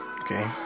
Okay